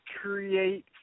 create